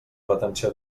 retenció